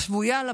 חשבו: יאללה,